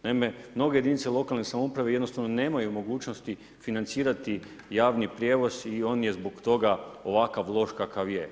Naime, mnoge jedinice lokalne samouprave jednostavno nemaju mogućnosti financirati javni prijevoz i on je zbog toga ovako loš kakav je.